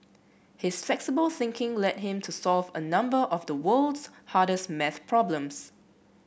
his flexible thinking led him to solve a number of the world's hardest math problems